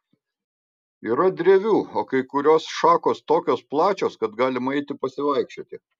yra drevių o kai kurios šakos tokios plačios kad galima eiti pasivaikščioti